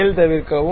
செயல்தவிர்க்கவும்